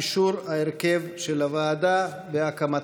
אישור הרכב הוועדה והקמתה.